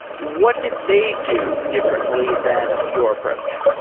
what did they do differently than your approach?